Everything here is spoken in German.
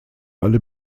alle